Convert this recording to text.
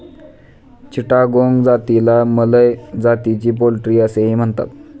चिटागोंग जातीला मलय जातीची पोल्ट्री असेही म्हणतात